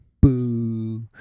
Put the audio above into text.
boo